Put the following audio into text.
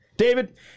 David